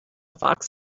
fox